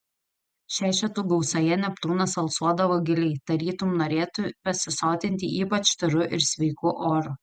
šešetų gausoje neptūnas alsuodavo giliai tarytum norėtų pasisotinti ypač tyru ir sveiku oru